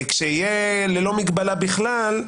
כשיהיה ללא מגבלה בכלל,